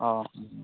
অঁ